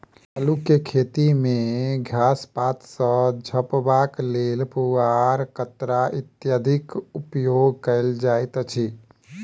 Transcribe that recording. अल्लूक खेती मे घास पात सॅ झपबाक लेल पुआर, कन्ना इत्यादिक उपयोग कयल जाइत अछि